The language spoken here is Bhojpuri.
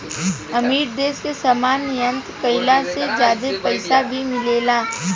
अमीर देश मे सामान निर्यात कईला से ज्यादा पईसा भी मिलेला